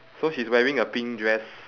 so she's wearing a pink dress